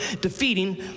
defeating